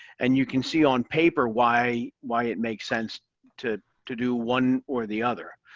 and you can see on paper why why it makes sense to to do one or the other.